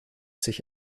sich